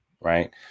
right